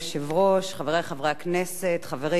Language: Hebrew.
חברי איתן כבל,